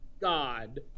God